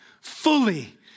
fully